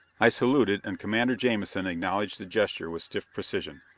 i saluted, and commander jamison acknowledged the gesture with stiff precision.